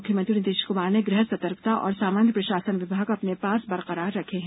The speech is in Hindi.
मुख्यमंत्री नीतीश कुमार ने गृह सतर्कता और सामान्य प्रशासन विभाग अपने पास बरकरार रखे हैं